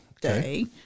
day